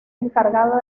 encargado